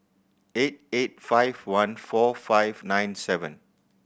eight eight five one four five nine seven